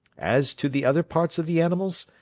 as to the other parts of the animals,